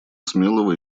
смелого